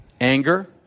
anger